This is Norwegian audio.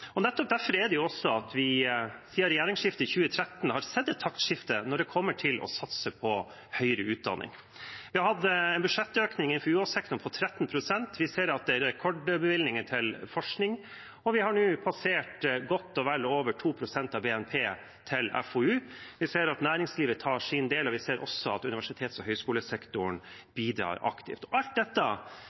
er utrolig viktig. Nettopp derfor har vi siden regjeringsskiftet i 2013 sett et taktskifte når det gjelder å satse på høyere utdanning. Vi har hatt en budsjettøkning i FoU-sektoren på 13 pst, vi ser at det er rekordbevilgninger til forskning, vi har nå passert godt og vel over 2 pst. av BNP til FoU, vi ser at næringslivet tar sin del, og vi ser også at universitets- og høyskolesektoren bidrar aktivt. Alt dette